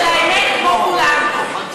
של האמת כמו כולם.